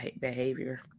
behavior